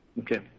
Okay